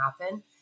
happen